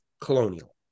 colonial